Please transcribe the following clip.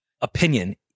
opinion